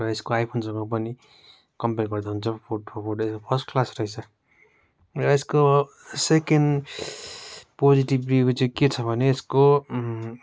र यसको आइफोनसँग पनि कम्पेर गर्दा हुन्छ फर्स्ट क्लास रहेछ र यसको सेकेन्ड पोजेटिब रिभ्यू चाहिँ के छ भने यसको